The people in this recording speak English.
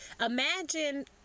imagine